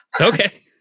okay